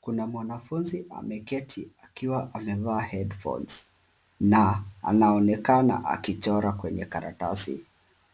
Kuna mwanafunzi ameketi akiwa amevaa headphones na anaonekana akichora kwenye karatasi